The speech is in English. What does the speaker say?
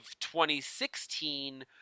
2016